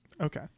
okay